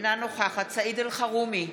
אינה נוכחת סעיד אלחרומי,